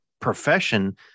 profession